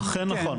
אכן נכון.